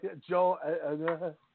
Joe